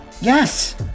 Yes